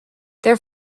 there